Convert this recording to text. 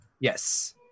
Yes